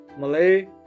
Malay